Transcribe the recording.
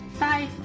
bye!